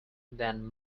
than